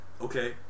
okay